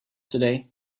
today